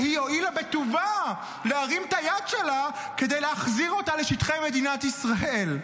שהיא הואילה בטובה להרים את היד שלה כדי להחזיר אותה לשטחי מדינת ישראל.